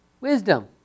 Wisdom